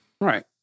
Right